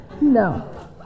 no